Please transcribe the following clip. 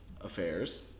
affairs